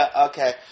Okay